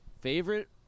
favorite